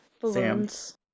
Balloons